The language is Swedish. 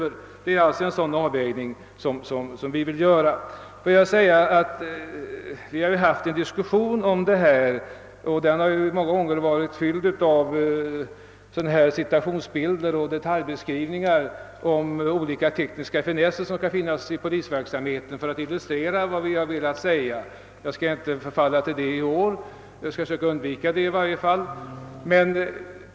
Det är alltså en sådan avvägning vi vill göra. Diskussionerna om anslagen till polisen har många gånger varit fyllda av situationsbilder och detaljbeskrivningar av olika tekniska finesser i polisverksamheten — man har ju velat illustrera vad man har velat säga. Jag skall försöka undvika det i år.